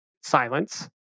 silence